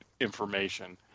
information